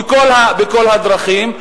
בכל הדרכים?